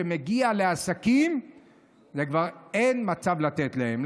כשזה מגיע לעסקים אין מצב לתת להם.